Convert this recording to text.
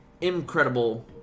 Incredible